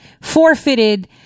forfeited